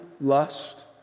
Lust